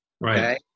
right